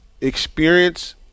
Experience